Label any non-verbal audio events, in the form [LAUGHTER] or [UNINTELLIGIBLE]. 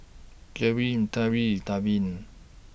Jerrilyn [UNINTELLIGIBLE] Davin